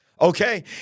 okay